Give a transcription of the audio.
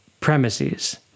Premises